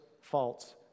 faults